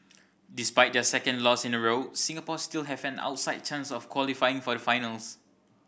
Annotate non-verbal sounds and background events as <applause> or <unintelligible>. despite their second loss in a row Singapore still have an outside chance of qualifying for the final <unintelligible>